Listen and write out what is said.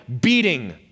beating